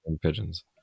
Pigeons